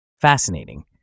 Fascinating